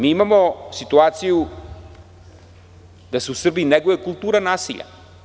Mi imamo situaciju da se u Srbiji neguje kultura nasilja.